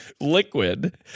liquid